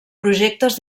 projectes